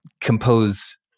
compose